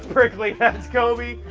prickly. that's coby,